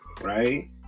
right